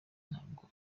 ntabwo